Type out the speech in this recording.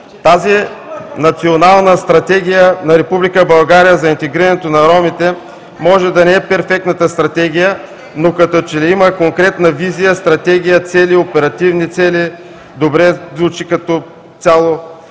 Тази Национална стратегия на Република България за интегрирането на ромите може да не е перфектната стратегия, но като че ли има конкретна визия – стратегия, цели, оперативни цели. Добре звучи, като цяло.